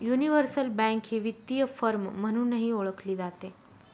universal bank ही वित्तीय firm म्हणूनही ओळखली जाते